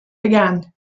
began